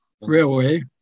Railway